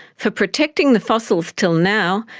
for protecting the fossils until now,